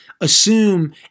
assume